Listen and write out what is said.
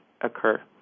occur